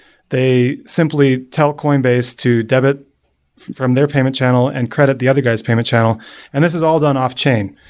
they simply tell coinbase to debit from their payment channel and credit the other guy's payment channel and this is all done off-chain.